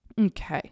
Okay